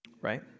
Right